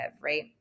right